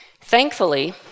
Thankfully